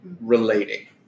Relating